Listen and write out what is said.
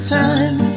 time